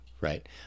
right